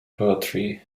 poetry